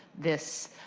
this